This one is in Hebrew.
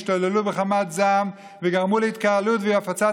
השתוללו בחמת זעם וגרמו להתקהלות ולהפצת